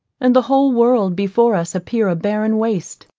and the whole world before us appear a barren waste.